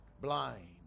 Blind